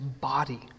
body